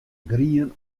grien